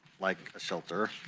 like a shelter.